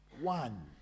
One